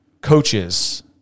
Coaches